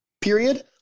period